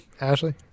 Ashley